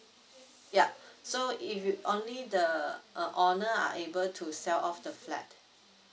ya so if you only the uh owner are able to sell off the flat